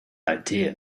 idea